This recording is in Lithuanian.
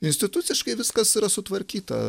instituciškai viskas yra sutvarkyta